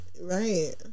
Right